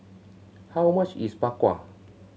how much is Bak Kwa